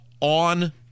on